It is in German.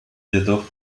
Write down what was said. jedoch